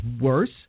worse